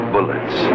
Bullets